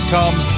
Come